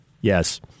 yes